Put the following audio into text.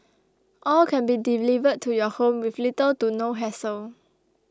all can be delivered to your home with little to no hassle